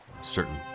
certain